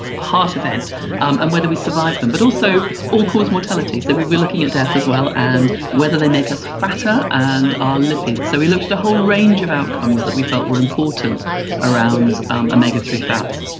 heart event and whether we survive them, but also all-cause mortality, so we were looking at death as well and whether they make us fatter, fatter, and our lipids. so we looked at a whole range of outcomes that we felt where important around omega three fats.